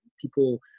people